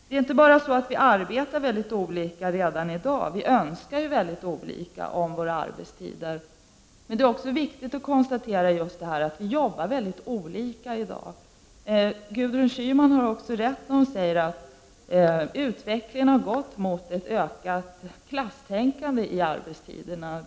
Det är inte bara så att vi arbetar mycket olika redan i dag, vi önskar ju också mycket olika när det gäller arbetstiderna. Det är mycket viktigt att konstatera att vi arbetar mycket olika i dag. Gudrun Schyman har också rätt när hon säger att utvecklingen när det gäller arbetstiderna har gått i riktning mot ett ökat klasstänkande.